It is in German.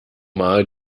mal